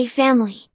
Family